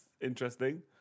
interesting